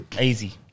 Easy